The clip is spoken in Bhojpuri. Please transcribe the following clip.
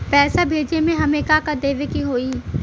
पैसा भेजे में हमे का का देवे के होई?